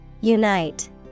unite